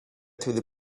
through